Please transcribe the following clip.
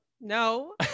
no